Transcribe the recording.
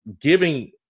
giving